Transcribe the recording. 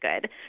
good